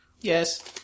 Yes